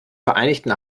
vereinigten